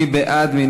מי בעד?